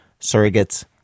surrogates